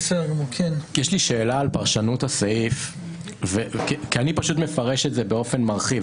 יש לי שאלה על פרשנות הסעיף כי אני מפרש את זה באופן מרחיב.